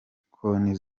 konti